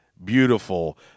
Beautiful